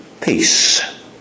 peace